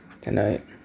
tonight